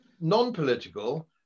non-political